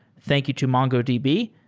thank you to mongo, db,